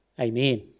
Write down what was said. Amen